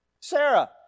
Sarah